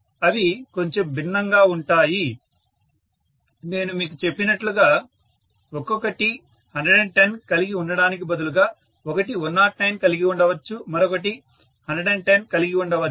అవి కొంచెం భిన్నంగా ఉంటాయి నేను మీకు చెప్పినట్లుగా ఒక్కొక్కటి 110 కలిగి ఉండటానికి బదులుగా ఒకటి 109 కలిగి ఉండవచ్చు మరొకటి 110 కలిగి ఉండవచ్చు